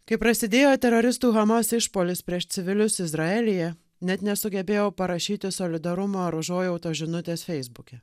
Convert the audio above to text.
kai prasidėjo teroristų hamas išpuolis prieš civilius izraelyje net nesugebėjau parašyti solidarumo ar užuojautos žinutės feisbuke